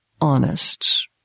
honest